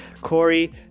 Corey